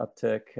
Uptick